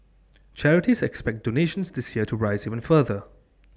charities expect donations this year to rise even further